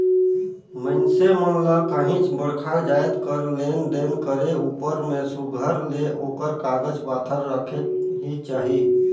मइनसे मन ल काहींच बड़खा जाएत कर लेन देन करे उपर में सुग्घर ले ओकर कागज पाथर रखेक ही चाही